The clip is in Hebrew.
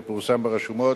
ופורסם ברשומות,